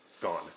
gone